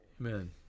Amen